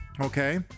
okay